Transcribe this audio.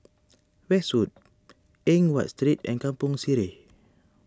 Westwood Eng Watt Street and Kampong Sireh